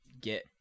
get